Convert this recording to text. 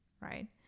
right